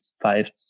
five